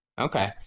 okay